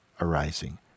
arising